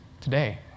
today